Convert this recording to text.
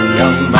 young